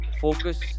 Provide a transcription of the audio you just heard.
Focus